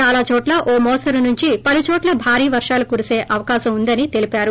చాలా చోట్ల ఓ మోస్తరు నుంచి పలు చోట్ల భారీ వర్గాలు కురిసే అవకాశం ఉందని తెలిపారు